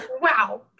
wow